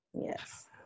Yes